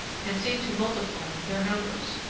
and seem to multiply their numbers.